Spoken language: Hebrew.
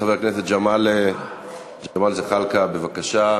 חבר הכנסת ג'מאל זחאלקה, בבקשה.